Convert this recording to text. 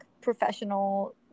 professional